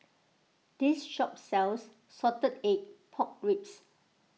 this shop sells Salted Egg Pork Ribs